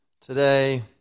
today